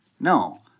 No